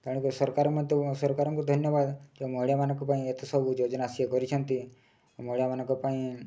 ତେଣୁକରି ସରକାର ମଧ୍ୟ ସରକାରଙ୍କୁ ଧନ୍ୟବାଦ ଯେ ମହିଳାମାନଙ୍କ ପାଇଁ ଏତେ ସବୁ ଯୋଜନା ଆସିବା କରିଛନ୍ତି ମହିଳାମାନଙ୍କ ପାଇଁ